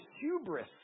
hubris